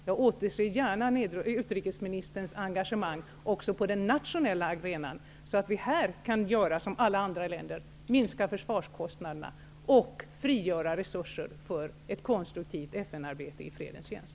Jag återser gärna också utrikesministerns engagemang på den nationella arenan, så att vi här kan göra som i alla andra länder, dvs. minska försvarskostnaderna och frigöra resurser för ett konstruktivt FN-arbete i fredens tjänst.